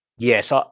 Yes